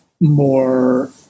more